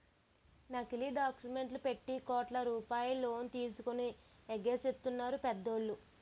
నకిలీ డాక్యుమెంట్లు పెట్టి కోట్ల రూపాయలు లోన్ తీసుకొని ఎగేసెత్తన్నారు పెద్దోళ్ళు